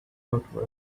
outward